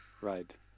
Right